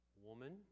Woman